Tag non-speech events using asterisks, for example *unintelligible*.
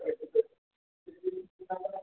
*unintelligible*